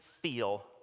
feel